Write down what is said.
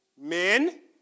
Men